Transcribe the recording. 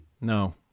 No